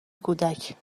کودک